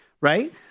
Right